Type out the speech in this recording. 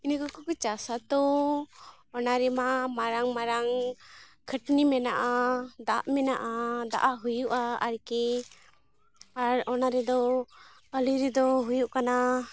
ᱤᱱᱟᱹᱠᱚ ᱜᱮᱠᱚ ᱪᱟᱥᱟ ᱛᱚ ᱚᱱᱟᱨᱮᱢᱟ ᱢᱟᱨᱟᱝ ᱢᱟᱨᱟᱝ ᱠᱷᱟᱹᱴᱱᱤ ᱢᱮᱱᱟᱜᱼᱟ ᱫᱟᱜ ᱢᱮᱱᱟᱜᱼᱟ ᱫᱟᱜᱼᱟᱜ ᱦᱩᱭᱩᱜᱼᱟ ᱟᱨᱠᱤ ᱟᱨ ᱚᱱᱟ ᱨᱮᱫᱚ ᱟᱹᱞᱤ ᱨᱮᱫᱚ ᱦᱩᱭᱩᱜ ᱠᱟᱱᱟ